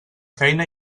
feina